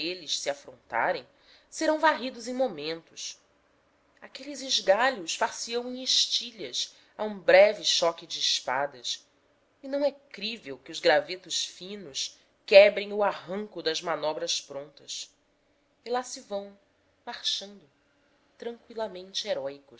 eles se afrontarem serão varridos em momentos aqueles esgalhos far se ão em estilhas a um breve choque de espadas e não é crível que os gravetos finos quebrem o arranco das manobras prontas e lá se vão marchando tranqüilamente heróicos